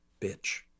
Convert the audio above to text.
bitch